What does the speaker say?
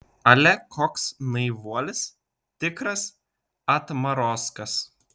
ale koks naivuolis tikras atmarozkas